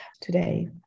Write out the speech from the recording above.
today